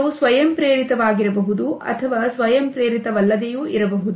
ಇದು ಸ್ವಯಂಪ್ರೇರಿತ ವಾಗಿರಬಹುದು ಅಥವಾ ಸ್ವಯಂಪ್ರೇರಿತವಲ್ಲದೆಯು ಇರಬಹುದು